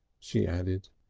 she added.